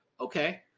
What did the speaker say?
Okay